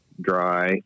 dry